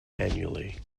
annually